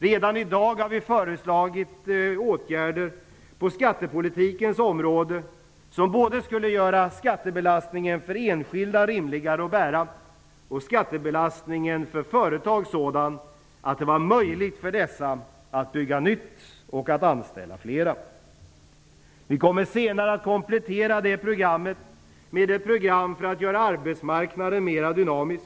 Redan i dag har vi föreslagit åtgärder på skattepolitikens område som både skulle göra skattebelastningen för enskilda rimligare att bära och göra skattebelastningen för företag sådan att det blir möjligt för företagen att bygga nytt och att anställa fler. Vi kommer senare att komplettera det programmet med ett program för att göra arbetsmarknaden mer dynamisk.